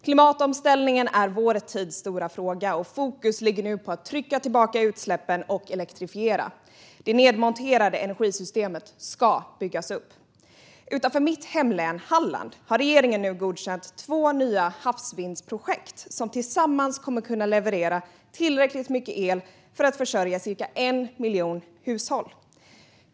Klimatomställningen är vår tids stora fråga, och fokus ligger på att trycka tillbaka utsläppen och elektrifiera. Det nedmonterade energisystemet ska byggas upp. Utanför mitt hemlän Halland har regeringen nu godkänt två nya havsvindprojekt som tillsammans kommer att kunna leverera tillräckligt mycket el för att försörja cirka 1 miljon hushåll.